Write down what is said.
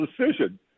decision